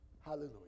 hallelujah